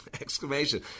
exclamation